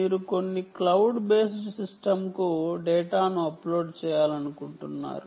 మీరు కొన్ని cloud based సిస్టమ్కు డేటాను అప్లోడ్ చేయాలనుకుంటున్నారు